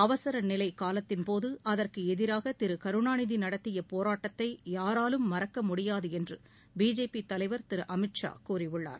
அவசர நிலை காலத்தின்போது அதற்கு எதிராக திரு கருணாநிதி நடத்திய போராட்டத்தை யாராலும் மறக்க முடியாது என்று பிஜேபி தலைவர் திரு அமித்ஷா கூறியுள்ளார்